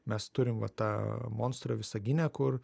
mes turim vat tą monstrą visagine kur